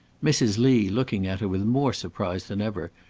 mrs. lee, looking at her with more surprise than ever,